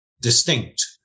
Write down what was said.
distinct